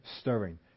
stirring